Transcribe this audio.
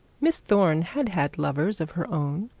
miss thorne had had lovers of her own,